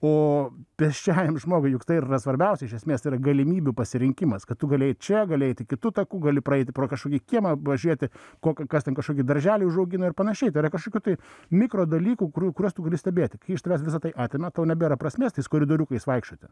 o pėsčiajam žmogui juk tai ir yra svarbiausia iš esmės tai yra galimybių pasirinkimas kad tu gali eit čia gali eiti kitu taku gali praeiti pro kažkokį kiemą pažiūrėti kokio kas ten kažkokį darželį užaugino ir panašiai tai yra kažkokių tai mikrodalykų kurių kuriuos tu gali stebėti kai iš tavęs visa tai atima tau nebėra prasmės tais koridoriukais vaikščioti